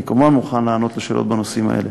אני כמובן מוכן לענות על שאלות בנושאים אלה.